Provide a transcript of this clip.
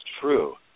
true